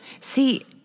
See